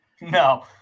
No